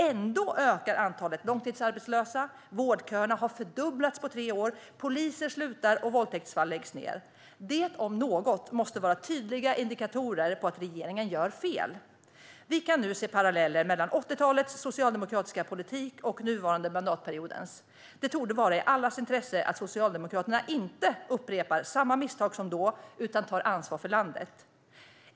Ändå ökar antalet långtidsarbetslösa. Vårdköerna har fördubblats på tre år, poliser slutar och våldtäktsfall läggs ned. Det om något måste vara tydliga indikatorer på att regeringen gör fel. Vi kan nu se paralleller mellan 80-talets socialdemokratiska politik och den nuvarande mandatperiodens. Det torde vara i allas intresse att Socialdemokraterna inte upprepar samma misstag som då utan tar ansvar för landet.